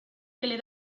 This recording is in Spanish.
que